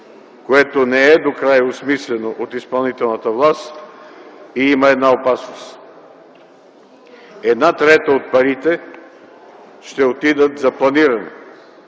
което не е докрай осмислено от изпълнителната власт, и има една опасност – една трета от парите ще отидат за планиране,